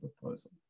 proposal